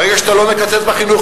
ברגע שאתה לא מקצץ בחינוך,